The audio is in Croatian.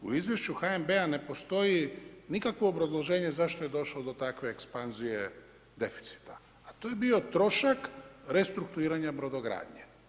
U izvješću HNB-a ne postoji nikakvog obrazloženja zašto je došlo do takve ekspanzije deficita, a to je bio trošak restrukturiranja brodogradnje.